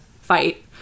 fight